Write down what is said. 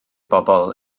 bobl